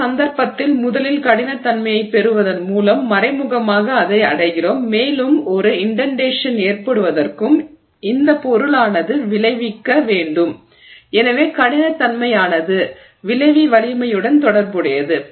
இந்த சந்தர்ப்பத்தில் முதலில் கடினத்தன்மையைப் பெறுவதன் மூலம் மறைமுகமாக அதை அடைகிறோம் மேலும் ஒரு இன்டென்டேஷன் ஏற்படுவதற்கும் இந்த பொருளானது விளைவிக்க நெகிழ்விக்க வேண்டும் எனவே கடினத்தன்மையானது விளைவி நெகிழ்வு வலிமையுடன் தொடர்புடையது